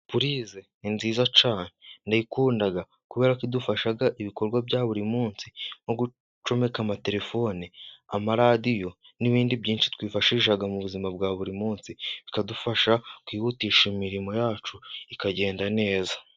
puse ni nziza c nayikundaga kubera ko idufashaga ibikorwa bya buri munsi nko gucomeka amatelefone amaradiyo n'ibindi byinshi twifashishaga mu buzima bwa buri munsi bikadufasha kwihutisha imirimo yacu ikagenda neza